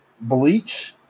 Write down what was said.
Bleach